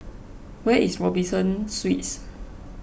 where is Robinson Suites